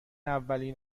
اولین